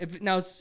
Now